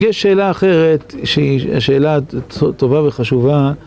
יש שאלה אחרת, שהיא שאלה טובה וחשובה.